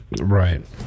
Right